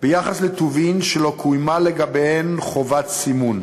ביחס לטובין שלא קוימה לגביהם חובת סימון.